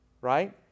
Right